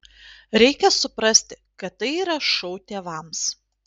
reikia suprasti kad tai yra šou tėvams